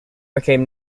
became